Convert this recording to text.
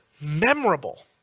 memorable